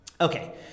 Okay